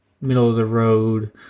middle-of-the-road